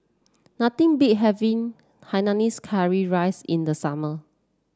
nothing beats having Hainanese Curry Rice in the summer